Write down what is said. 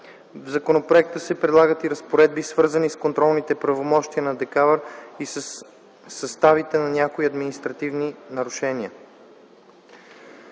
В законопроекта се предлагат и разпоредби, свързани с контролните правомощия на ДКЕВР и със съставите на някои административни нарушения.